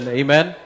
amen